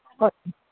ꯍꯣꯏ